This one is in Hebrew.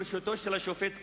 בראשותו של השופט כהן.